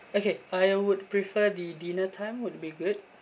okay I would prefer the dinner time would be good